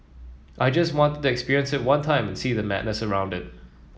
I just wanted to experience it one time and see the madness around it